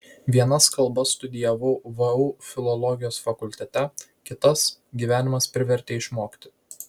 vienas kalbas studijavau vu filologijos fakultete kitas gyvenimas privertė išmokti